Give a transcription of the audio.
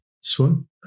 swim